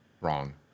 wrong